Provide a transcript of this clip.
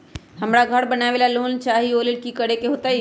हमरा घर बनाबे ला लोन चाहि ओ लेल की की करे के होतई?